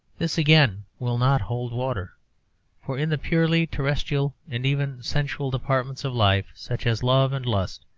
this, again, will not hold water for in the purely terrestrial and even sensual departments of life, such as love and lust,